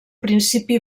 principi